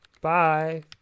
bye